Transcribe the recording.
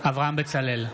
אברהם בצלאל,